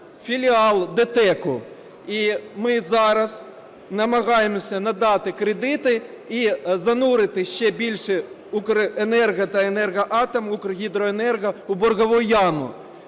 філіал ДТЕК. І ми зараз намагаємося надати кредити і занурити ще більше "Укренерго" та "Енергоатом", "Укргідроенерго" в боргову яму.